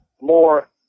more